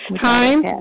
time